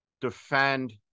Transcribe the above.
defend